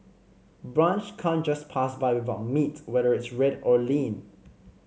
brunch can't just pass by without meat whether it's red or lean